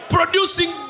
Producing